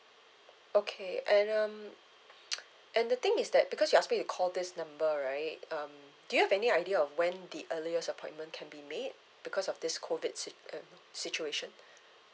okay and um and the thing is that because you asked me to call this number right um do you have any idea of when the earliest appointment can be made because of this COVID sit~ um situation